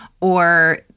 or-